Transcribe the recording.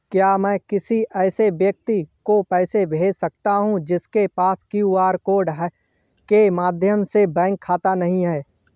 क्या मैं किसी ऐसे व्यक्ति को पैसे भेज सकता हूँ जिसके पास क्यू.आर कोड के माध्यम से बैंक खाता नहीं है?